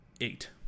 eight